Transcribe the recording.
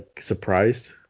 surprised